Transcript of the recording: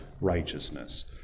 righteousness